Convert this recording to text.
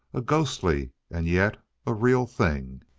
a ghostly and yet a real thing.